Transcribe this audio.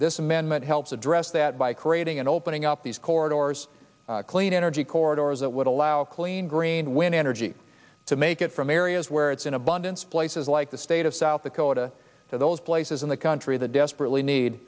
this amendment helps address that by creating and opening up these corridors clean energy orders that would allow clean green wind energy to make it from areas where it's in abundance places like the state of south dakota to those places in the country that desperately need